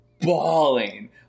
bawling